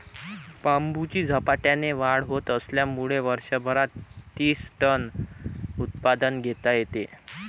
बांबूची झपाट्याने वाढ होत असल्यामुळे वर्षभरात तीस टन उत्पादन घेता येते